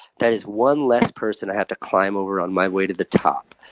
that is one less person i have to climb over on my way to the top.